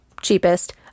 cheapest